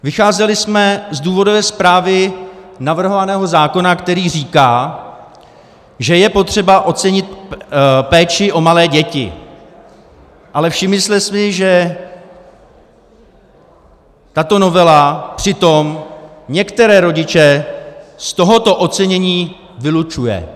Vycházeli jsme z důvodové zprávy navrhovaného zákona, který říká, že je potřeba ocenit péči o malé děti, ale všimli jsme si, že tato novela přitom některé rodiče z tohoto ocenění vylučuje.